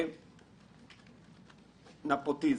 וזה הנפוטיזם.